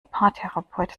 paartherapeut